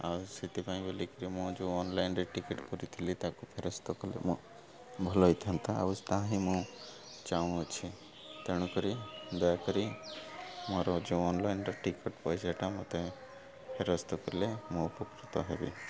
ଆଉ ସେଥିପାଇଁ ବୋଲିକିରି ମୁଁ ଯେଉଁ ଅନଲାଇନ୍ରେ ଟିକେଟ୍ କରିଥିଲି ତାକୁ ଫେରସ୍ତ କଲେ ମୋ ଭଲ ହେଇଥାନ୍ତା ଆଉ ତାହା ହିଁ ମୁଁ ଚାହୁଁଅଛି ତେଣୁକରି ଦୟାକରି ମୋର ଯେଉଁ ଅନଲାଇନ୍ର ଟିକେଟ୍ ପଇସାଟା ମୋତେ ଫେରସ୍ତ କଲେ ମୁଁ ଉପକୃତ ହେବି